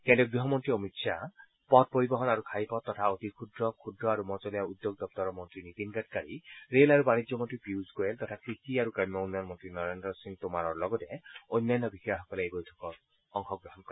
কেন্দ্ৰীয় গৃহমন্ত্ৰী অমিত শ্বাহ পথ পৰিবহন আৰু ঘাইপথ তথা অতি ক্ষুদ্ৰ ক্ষুদ্ৰ আৰু মজলীয়া উদ্যোগ দপ্তৰৰ মন্ত্ৰী নীতিন গাডকাৰী ৰেল আৰু বাণিজ্য মন্ত্ৰী পীয়ুজ গোৱেল তথা কৃষি আৰু গ্ৰাম্য উন্নয়ন মন্ত্ৰী নৰেন্দ্ৰ সিং টোমাৰৰ লগতে অন্যান্য বিষয়াসকলে এই বৈঠকত অংশগ্ৰহণ কৰে